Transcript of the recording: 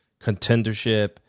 contendership